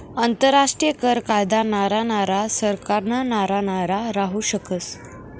आंतरराष्ट्रीय कर कायदा न्यारा न्यारा सरकारना न्यारा न्यारा राहू शकस